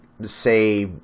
Say